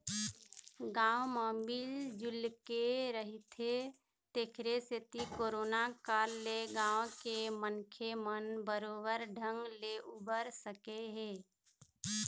गाँव म मिल जुलके रहिथे तेखरे सेती करोना काल ले गाँव के मनखे मन बरोबर ढंग ले उबर सके हे